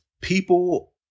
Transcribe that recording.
people